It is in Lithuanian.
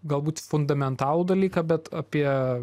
galbūt fundamentalų dalyką bet apie